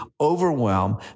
overwhelm